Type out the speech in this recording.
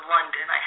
London